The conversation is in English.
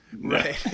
Right